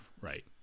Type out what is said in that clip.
right